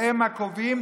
והם הקובעים